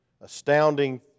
Astounding